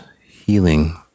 healing